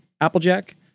Applejack